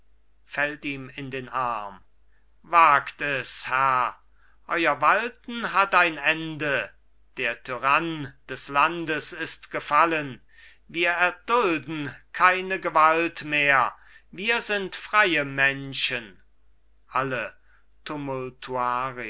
wagt es herr eur walten hat ein ende der tyrann des landes ist gefallen wir erdulden keine gewalt mehr wir sind freie menschen alle